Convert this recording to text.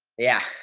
yeah.